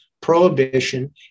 prohibition